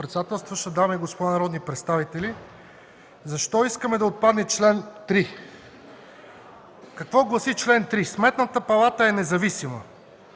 председател, дами и господа народни представители, защо искаме да отпадне чл. 3? Какво гласи чл. 3? - „Сметната палата е независима”.